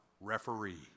referee